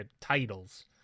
titles